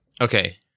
Okay